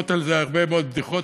ועוברות על זה הרבה מאוד בדיחות,